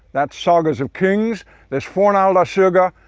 that's sagas of kings there's fornaldarsogur,